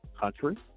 country